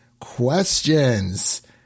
questions